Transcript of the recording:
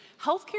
Healthcare